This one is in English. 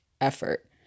effort